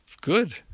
Good